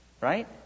Right